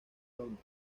londres